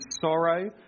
sorrow